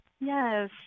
Yes